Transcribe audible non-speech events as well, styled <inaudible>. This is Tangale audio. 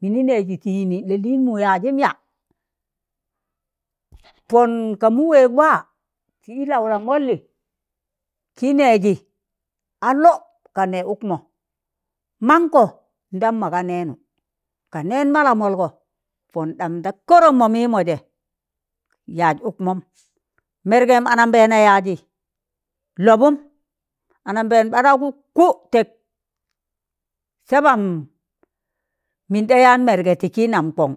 Mini nẹji ti yini la'liin mụ yaajim yaa, <noise> pọn ka mụ wẹẹg waa ti i laụ lamọlni ki nẹji a lọb ka nẹ ụkmọ, mankọ ndam mọga nẹnụ ka nẹẹn ma lamọlgọ, pọn ndang da kọrọm mọ mimọ jẹ yaaj ụkmọm. Mẹrgẹm anambẹẹna yaazi lobọm, anambẹẹm ɓaraụgụ kụ tẹk sabam min ɗa yaan mẹrgẹ ti ki sam kọn